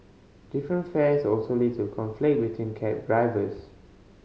different fares also lead to conflict between cab drivers